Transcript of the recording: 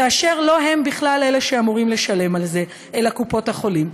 כאשר לא הם בכלל אלה שאמורים לשלם על זה אלא קופות-החולים.